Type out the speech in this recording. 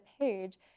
Page